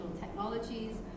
technologies